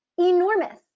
enormous